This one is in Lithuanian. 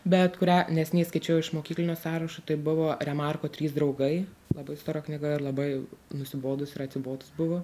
bet kurią neseniai skaičiau iš mokyklinio sąrašo tai buvo remarko trys draugai labai stora knyga ir labai nusibodus ir atsibodus buvo